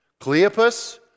Cleopas